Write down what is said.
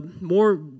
more